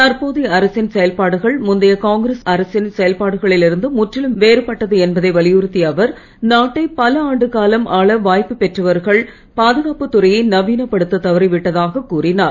தற்போதைய அரசின் செயல்பாடுகள் முந்தைய காங்கிரஸ் அரசின் செயல்பாடுகளில் இருந்து முற்றிலும் வேறுபட்டது என்பதை வலியுறுத்திய அவர் நாட்டை பல ஆண்டு காலம் ஆள வாய்ப்பு பெற்றவர்கள் பாதுகாப்புத் துறையை நவீனப்படுத்தத் தவறிவிட்டதாகக் கூறினார்